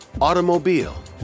automobile